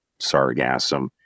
sargassum